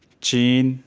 چین